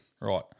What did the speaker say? Right